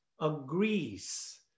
agrees